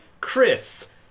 Chris